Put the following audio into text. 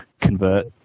convert